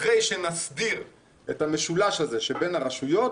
אחרי שנסדיר את המשולש בין הרשויות